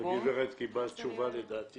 גברת, אז קיבלת תשובה לדעתי